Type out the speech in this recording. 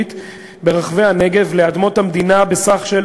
הבדואית ברחבי הנגב לאדמות המדינה בסך של